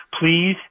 Please